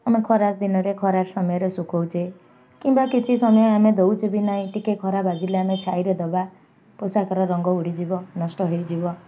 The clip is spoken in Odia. ଆମେ ଖରା ଦିନରେ ଖରା ସମୟରେ ଶୁଖଉଛେ କିମ୍ବା କିଛି ସମୟ ଆମେ ଦଉଛେ ବି ନାହିଁ ଟିକେ ଖରା ବାଜିଲେ ଆମେ ଛାଇରେ ଦବା ପୋଷାକର ରଙ୍ଗ ଉଡ଼ିଯିବ ନଷ୍ଟ ହେଇଯିବ